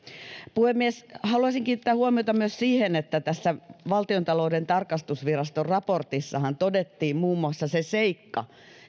puhemies haluaisin kiinnittää huomiota myös siihen että tässä valtiontalouden tarkastusviraston raportissahan todettiin muun muassa se seikka